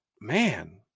man